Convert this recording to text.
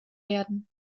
werden